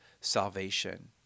salvation